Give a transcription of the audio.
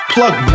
Plug